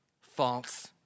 false